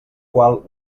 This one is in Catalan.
qual